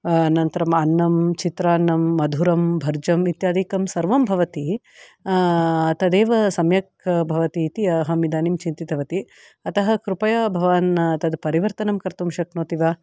अनन्तरं अन्नं चित्रान्नं मधुरं भर्जम् इत्यादिकं सर्वं भवति तदेव सम्यक् भवति इति अहम् इदानीं चिन्तितवती अतः कृपया भवान् तत् परिवर्तनं कर्तुं शक्नोति वा